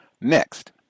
Next